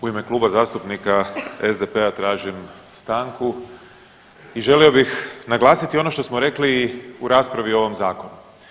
U ime Kluba zastupnika SDP-a, tražim stanku i želio bih naglasiti ono što smo rekli i u raspravi o ovom zakonu.